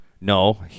No